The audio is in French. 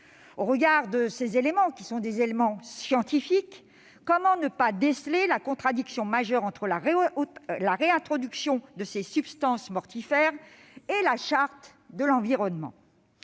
Au regard de ces éléments scientifiques, comment ne pas déceler la contradiction majeure entre la réintroduction de ces substances mortifères et la Charte de l'environnement ?